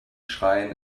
schreien